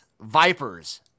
Vipers